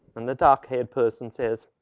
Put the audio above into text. and the dark haired person says,